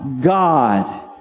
God